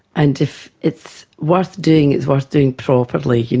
and if it's worth doing, it's worth doing properly,